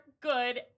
good